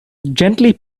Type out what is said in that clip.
gently